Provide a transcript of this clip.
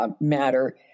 matter